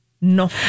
No